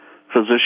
physician